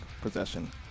possession